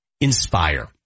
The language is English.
Inspire